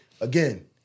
again